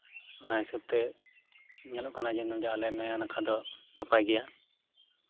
ᱚᱱᱟ ᱦᱤᱥᱟᱹᱵ ᱛᱮ ᱧᱮᱞᱚᱜ ᱠᱟᱱᱟ ᱡᱮ ᱟᱞᱮ ᱱᱚᱣᱟ ᱱᱟᱠᱷᱟ ᱫᱚ ᱱᱟᱯᱟᱭ ᱜᱮᱭᱟ